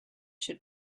should